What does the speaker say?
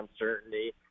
uncertainty